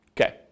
Okay